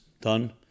done